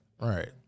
Right